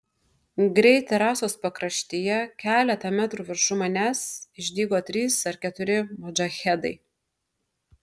greit terasos pakraštyje keletą metrų viršum manęs išdygo trys ar keturi modžahedai